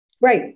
Right